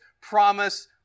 promise